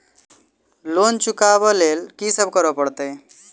Loan चुका ब लैल की सब करऽ पड़तै?